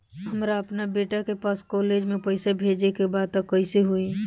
हमरा अपना बेटा के पास कॉलेज में पइसा बेजे के बा त कइसे होई?